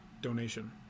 donation